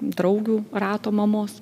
draugių rato mamos